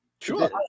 Sure